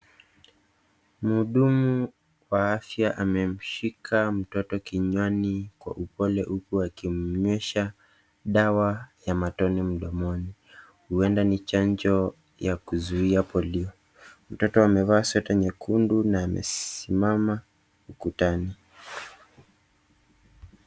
Mhudumu wa afya amemshika mtoto kinywani kwa upole, huku akimnywesha dawa ya matone mdomoni. Huenda ni chanjo ya kuzuiya Polio. Mtoto amevaa sweta nyekundu na amesimama ukutani.